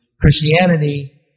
Christianity